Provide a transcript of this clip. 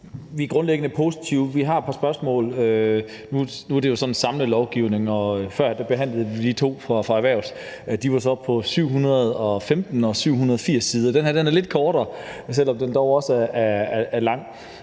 Vi er grundlæggende positive. Vi har et par spørgsmål. Nu er det jo sådan et samlelovforslag. Før behandlede vi lige to forslag fra erhvervsministeren. De var så på 715 og 780 sider. Det her er lidt kortere, selv om det dog også er langt.